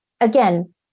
Again